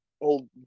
Old